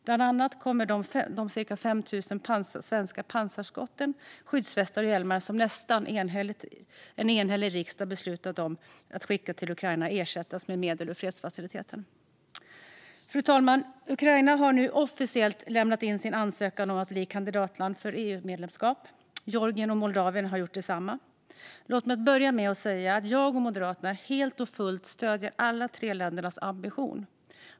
Bland annat kommer de cirka 5 000 svenska pansarskott, skyddsvästar och hjälmar som en nästan enhällig riksdag beslutade att skicka till Ukraina att ersättas med medel ur fredsfaciliteten. Fru talman! Ukraina har nu officiellt lämnat in sin ansökan om att bli kandidatland för EU-medlemskap. Georgien och Moldavien har gjort detsamma. Låt mig börja med att säga att jag och Moderaterna helt och fullt stöder alla tre ländernas ambition.